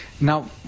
Now